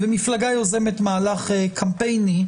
ומפלגה יוזמת מהלך קמפייני,